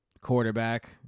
quarterback